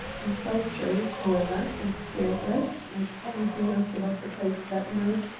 desultory, however, and spiritless, like everything else about the place that night,